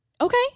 Okay